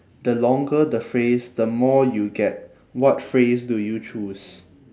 the longer the phrase the more you get what phrase do you choose